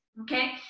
okay